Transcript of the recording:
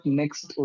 next